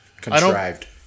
Contrived